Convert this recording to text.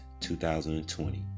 2020